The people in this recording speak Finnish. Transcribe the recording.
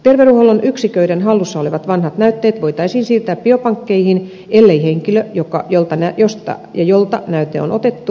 terveydenhuollon yksiköiden hallussa olevat vanhat näytteet voitaisiin siirtää biopankkeihin ellei henkilö josta ja jolta näyte on otettu vastustaisi siirtoa